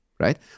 right